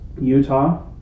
Utah